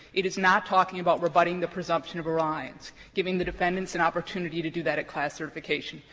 it is not talking about rebutting the presumption of reliance, giving the defendants an opportunity to do that at class certification.